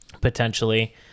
potentially